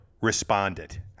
responded